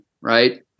right